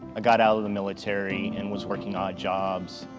got out of the military and was working odd jobs.